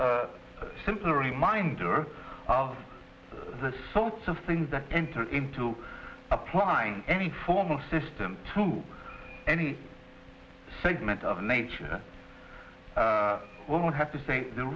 simple reminder of the sorts of things that enter into applying any formal system to any segment of nature one would have to say the